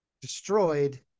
destroyed